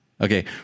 Okay